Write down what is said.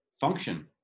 function